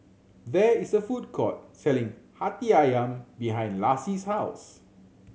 there is a food court selling Hati Ayam behind Lassie's house